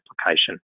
application